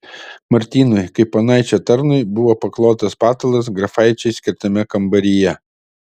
martynui kaip ponaičio tarnui buvo paklotas patalas grafaičiui skirtame kambaryje